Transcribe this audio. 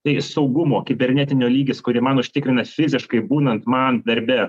tai saugumo kibernetinio lygis kurį man užtikrina fiziškai būnant man darbe